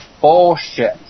Bullshit